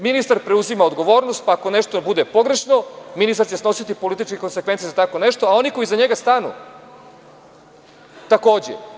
Ministar preuzima odgovornost, pa ako nešto bude pogrešno, ministar će snositi političke konsekvence za tako nešto, a oni koji iza njega stanu, takođe.